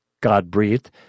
God-breathed